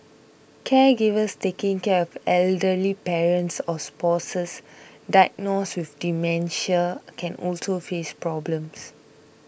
caregivers taking care of elderly parents or spouses diagnosed with dementia can also face problems